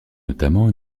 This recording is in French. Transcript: notamment